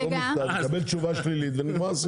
הוא יקבל תשובה שלילית ונגמר הסיפור.